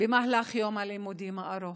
במהלך יום הלימודים הארוך.